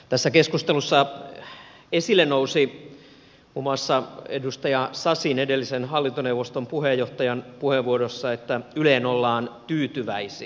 tässä keskustelussa esille nousi muun muassa edustaja sasin edellisen hallintoneuvoston puheenjohtajan puheenvuorossa että yleen ollaan tyytyväisiä